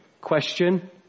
Question